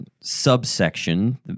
subsection